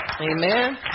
Amen